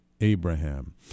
Abraham